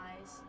eyes